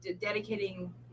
dedicating